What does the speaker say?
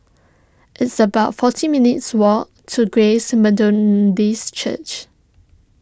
it's about forty minutes' walk to Grace Methodist Church